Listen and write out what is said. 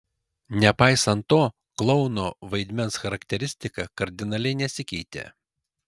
nepaisant to klouno vaidmens charakteristika kardinaliai nesikeitė